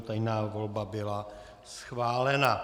Tajná volba byla schválena.